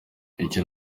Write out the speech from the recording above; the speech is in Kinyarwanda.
icyo